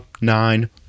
nine